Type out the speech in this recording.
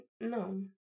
No